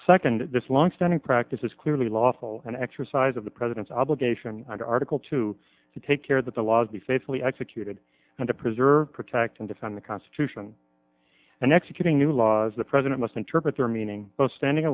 second this longstanding practice is clearly lawful and exercise of the president's obligation under article two to take care that the laws be faithfully executed and to preserve protect and defend the constitution and executing new laws the president must interpret their meaning both standing